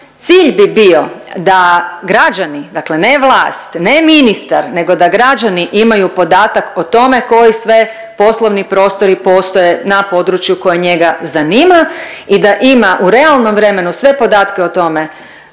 Cilj bi bio da građani, dakle ne vlast, ne ministar, nego da građani imaju podatak o tome koji sve poslovni prostori postoje na području koje njega zanima i da ima u realnom vremenu sve podatka o tome